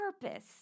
purpose